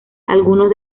algunos